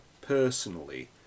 personally